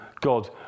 God